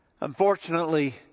unfortunately